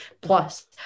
Plus